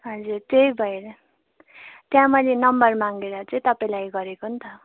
हजुर त्यही भएर त्यहाँ मैले नम्बर मागेर चाहिँ तपाईँलाई गरेको नि त